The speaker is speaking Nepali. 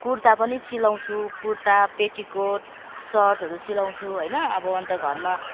कुर्ता पनि सिलाउँछु कुर्ता पेटिकोट सर्टहरू सिलाउँछु होइन अब अन्त घरमा